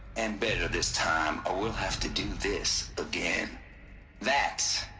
and better this time, or we'll have to do this. again that's.